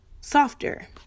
softer